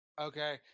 Okay